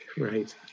Right